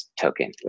token